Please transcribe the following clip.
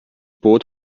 boot